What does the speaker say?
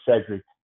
Cedric